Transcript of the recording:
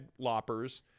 loppers